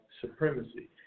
supremacy